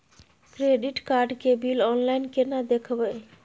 Credit card के bill online केना देखबय?